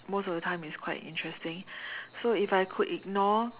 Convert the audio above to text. most of the time it's quite interesting so if I could ignore